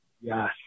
Yes